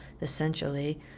essentially